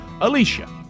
Alicia